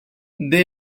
they